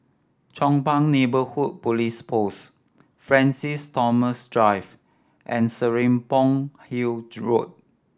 Chong Pang Neighbourhood Police Post Francis Thomas Drive and Serapong Hill Road